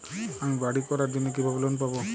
আমি বাড়ি করার জন্য কিভাবে লোন পাব?